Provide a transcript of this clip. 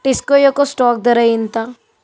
టిస్కో యొక్క స్టాక్ ధర ఎంత